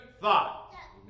thought